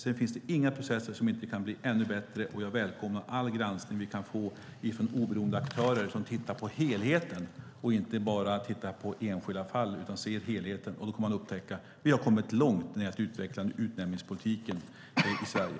Sedan finns det inga processer som inte kan bli ännu bättre. Jag välkomnar all granskning vi kan få från oberoende aktörer som inte bara ser på enskilda fall utan tittar på helheten. Då kommer man att upptäcka att vi kommit långt när det gäller att utveckla utnämningspolitiken i Sverige.